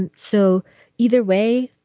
and so either way,